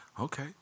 Okay